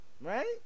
Right